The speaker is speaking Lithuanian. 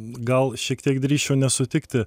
gal šiek tiek drįsčiau nesutikti